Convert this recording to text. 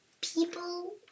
people